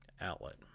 outlet